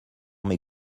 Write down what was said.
mes